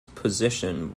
position